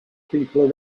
people